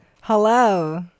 Hello